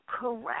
correct